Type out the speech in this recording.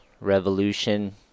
Revolution